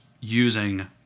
using